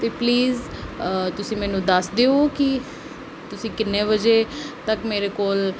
ਅਤੇ ਪਲੀਜ਼ ਤੁਸੀਂ ਮੈਨੂੰ ਦੱਸ ਦਿਓ ਕਿ ਤੁਸੀਂ ਕਿੰਨੇ ਵਜੇ ਤੱਕ ਮੇਰੇ ਕੋਲ